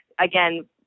again